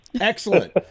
Excellent